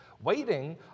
waiting